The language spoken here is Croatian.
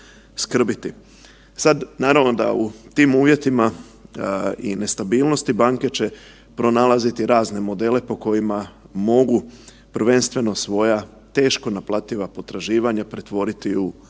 Sad, naravno da u tim uvjetima i nestabilnosti, banke će pronalaziti razne modele po kojima mogu prvenstveno svoja teško naplativa potraživanja pretvoriti u